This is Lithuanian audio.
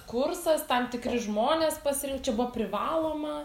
kursas tam tikri žmonės pasirinkt čia buvo privaloma